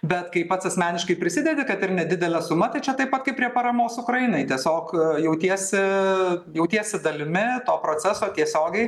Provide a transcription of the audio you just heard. bet kai pats asmeniškai prisidedi kad ir nedidele suma tai čia taip pat kaip prie paramos ukrainai tiesiog jautiesi jautiesi dalimi to proceso tiesiogiai